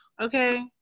okay